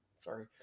sorry